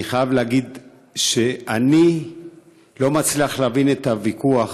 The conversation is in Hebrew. אני חייב להגיד שאני לא מצליח להבין את הוויכוח